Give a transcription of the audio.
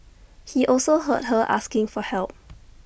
he also heard her asking for help